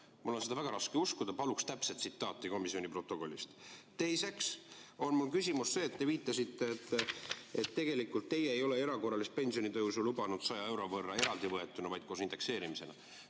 Mul on seda väga raske uskuda, paluksin täpset tsitaati komisjoni protokollist. Teiseks on mul küsimus selle kohta, et te viitasite, et tegelikult teie ei ole erakorralist pensionitõusu lubanud 100 euro võrra eraldi võetuna, vaid koos indekseerimisega.